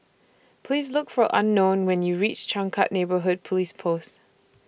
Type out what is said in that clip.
Please Look For Unknown when YOU REACH Changkat Neighbourhood Police Post